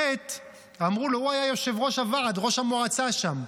הוא היה יושב-ראש הוועד, ראש המועצה שם.